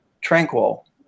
tranquil